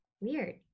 Weird